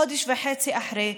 חודש וחצי אחרי,